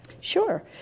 Sure